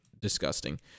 disgusting